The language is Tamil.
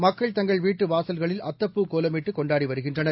மக்கள் தங்கள் வீட்டு வாசல்களில் அத்தப்பூ கோலமிட்டு கொண்டாடி வருகின்றனர்